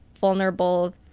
vulnerable